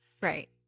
Right